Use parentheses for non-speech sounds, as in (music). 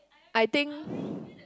I think (breath)